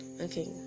Okay